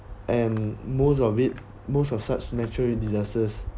and most of it most of such natural disasters